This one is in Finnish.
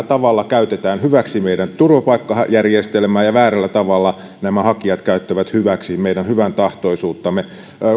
tavalla käytetään hyväksi meidän turvapaikkajärjestelmää ja väärällä tavalla nämä hakijat käyttävät hyväksi meidän hyväntahtoisuuttamme